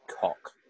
cock